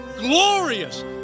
glorious